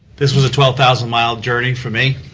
this was a twelve thousand mile journey for me